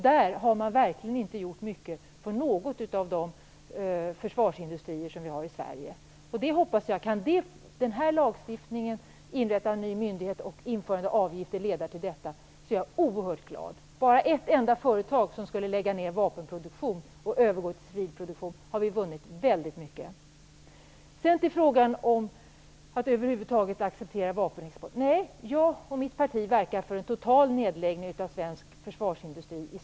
Där har man verkligen inte gjort mycket på någon av de försvarsindustrier vi har i Om den här lagstiftningen, inrättandet av en ny myndighet och införandet av avgifter kan leda till detta är jag oerhört glad. Om bara ett enda företag lägger ned sin vapenproduktion och övergår till civil produktion har vi vunnit väldigt mycket. Jag skall så kommentera frågan om att över huvud taget acceptera vapenexport. Det är riktigt att jag och mitt parti verkar för en total nedläggning av svensk försvarsindustri.